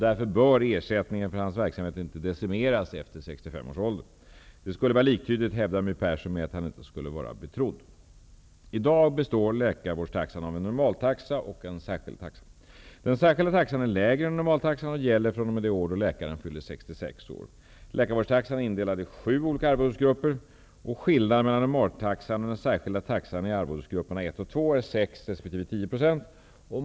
Därför bör ersättningen för hans verksamhet inte decimeras efter 65 års ålder. Detta skulle, hävdar My Persson, vara liktydigt med att han inte skulle vara betrodd. I dag består läkarvårdstaxan av en normaltaxa och en särskild taxa. Den särskilda taxan är lägre än normaltaxan och gäller fr.o.m. det år då läkaren fyller 66 år. Läkarvårdstaxan är indelad i sju olika arvodesgrupper. Skillnaden mellan normaltaxan och den särskilda taxan i arvodesgrupperna 1 och 2 är 6 % resp. 10 %.